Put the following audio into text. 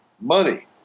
money